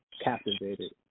captivated